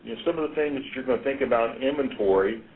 and some of the things that you're going to think about, inventory,